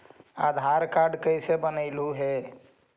आधार card कईसे बनैलहु हे?